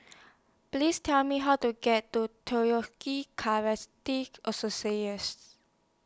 Please Tell Me How to get to Karate